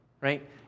right